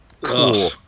Cool